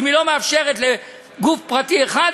אם היא לא מאפשרת לגוף פרטי אחד,